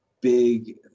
big